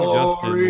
Justin